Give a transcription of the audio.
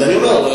אז אני אומר,